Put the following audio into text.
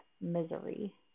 misery